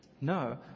No